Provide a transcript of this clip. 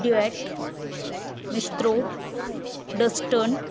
duet maestro duster